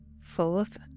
fourth